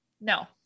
no